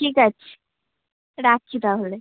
ঠিক আছে রাখছি তাহলে